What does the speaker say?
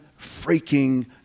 freaking